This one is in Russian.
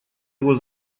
его